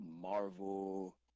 Marvel